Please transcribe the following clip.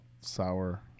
sour